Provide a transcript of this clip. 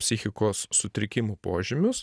psichikos sutrikimų požymius